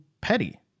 petty